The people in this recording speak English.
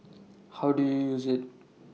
how do you use IT